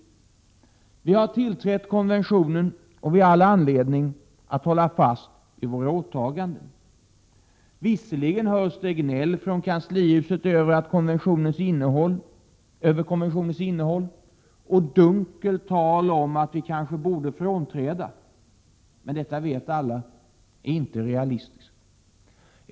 Vi har tillträtt konventionen, och vi har all anledning att hålla fast vid våra åtaganden. Visserligen hörs det gnäll från kanslihuset över konventionens innehåll och dunkelt tal om att vi kanske borde frånträda, men alla vet att detta inte är realistiskt.